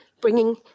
bringing